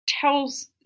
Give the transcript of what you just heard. tells